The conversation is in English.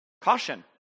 caution